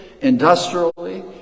industrially